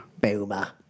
Boomer